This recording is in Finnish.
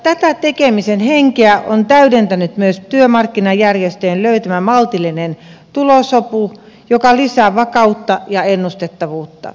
tätä tekemisen henkeä on täydentänyt myös työmarkkinajärjestöjen löytämä maltillinen tulosopu joka lisää vakautta ja ennustettavuutta